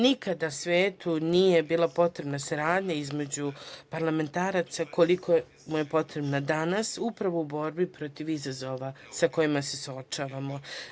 Nikada svetu nije bila potrebna saradnja između parlamentaraca koliko mu je potrebna danas, upravo u borbi protiv izazova sa kojima se suočavamo.